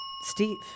Steve